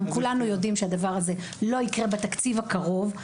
כולנו יודעים שהדבר הזה לא יקרה בתקציב הקרוב.